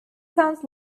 sounds